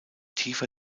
tiefer